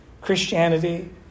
Christianity